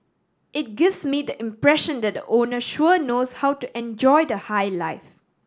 it gives me the impression that the owner sure knows how to enjoy the high life